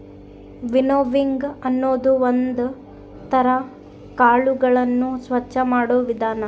winnowing ಅನ್ನೋದು ಒಂದ್ ತರ ಕಾಳುಗಳನ್ನು ಸ್ವಚ್ಚ ಮಾಡೋ ವಿಧಾನ